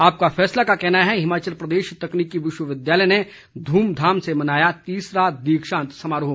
आपका फैसला का कहना है हिमाचल प्रदेश तकनीकी विश्वविद्यालय ने ध्र्मधाम से मनाया तीसरा दीक्षांत समारोह